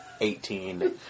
eighteen